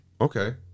okay